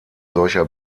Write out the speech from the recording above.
solcher